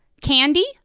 Candy